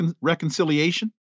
Reconciliation